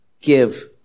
Give